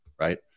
right